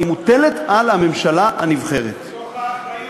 היא מוטלת על הממשלה הנבחרת.